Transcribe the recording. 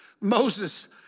Moses